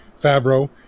Favreau